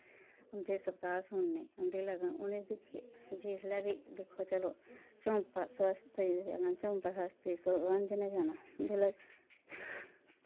उंदे सवताह् सुनने उंदे लगन उनें जिसलै बी दिक्खो चलो चौंपा शास्त्री सुहांजनैं जाना जिसलै